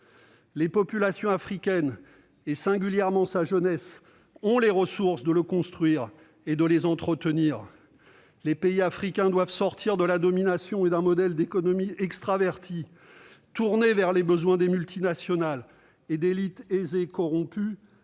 Les populations africaines, et singulièrement leur jeunesse, ont les ressources pour le construire et les entretenir. Les pays africains doivent sortir de la domination et d'un modèle d'économie extravertie, tourné vers les besoins des multinationales et d'élites aisées corrompues,